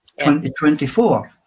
2024